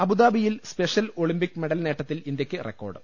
അബുദാബിയിൽ special Olympic medal നേട്ടത്തിൽ ഇന്ത്യക്ക് റെക്കോർഡ്